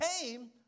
came